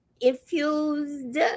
infused